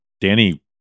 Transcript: Danny